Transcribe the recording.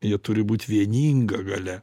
jie turi būti vieninga galia